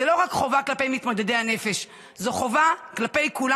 זו לא רק חובה כלפי מתמודדי הנפש,